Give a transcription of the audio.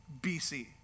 BC